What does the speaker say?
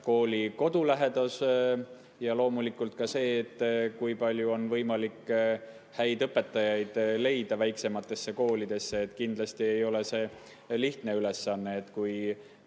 kooli kodulähedus ja loomulikult ka see, kui palju on võimalik häid õpetajaid väiksematesse koolidesse leida. Kindlasti ei ole see lihtne ülesanne. Kui